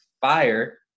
fire